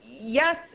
Yes